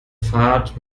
fahrt